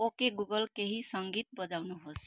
okay Google केही सङ्गीत बजाउनुहोस्